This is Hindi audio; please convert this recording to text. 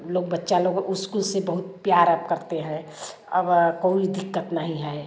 लोग बच्चा लोग उसको उससे बहुत प्यार आप करते हैं अब कोई दिक्कत नहीं है